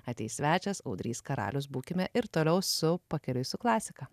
ateis svečias audrys karalius būkime ir toliau su pakeliui su klasika